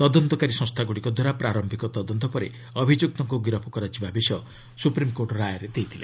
ତଦନ୍ତକାରୀ ସଂସ୍ଥାଗୁଡ଼ିକଦ୍ୱାରା ପ୍ରାରମ୍ଭିକ ତଦନ୍ତ ପରେ ଅଭିଯୁକ୍ତଙ୍କୁ ଗିରଫ କରାଯିବା ବିଷୟ ସୁପ୍ରିମ୍କୋର୍ଟ ରାୟ ଦେଇଥିଲେ